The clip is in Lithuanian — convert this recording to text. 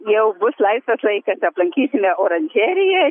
jau bus laisvas laikas aplankysime oranžeriją